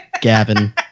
Gavin